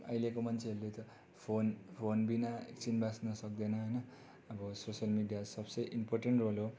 अहिलेको मान्छेहरूले त फोन फोनबिना एकछिन बाच्न सक्दैन होइन अब सोसियल मिडिया सबसे इम्पोरटेन्ट रोल हो